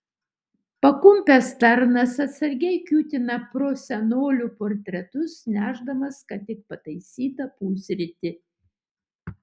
pakumpęs tarnas atsargiai kiūtina pro senolių portretus nešdamas ką tik pataisytą pusrytį